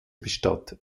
bestattet